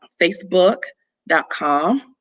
facebook.com